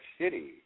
City